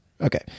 Okay